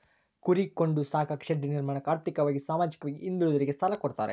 ಕುರಿ ಕೊಂಡು ಸಾಕಾಕ ಶೆಡ್ ನಿರ್ಮಾಣಕ ಆರ್ಥಿಕವಾಗಿ ಸಾಮಾಜಿಕವಾಗಿ ಹಿಂದುಳಿದೋರಿಗೆ ಸಾಲ ಕೊಡ್ತಾರೆ